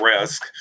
risk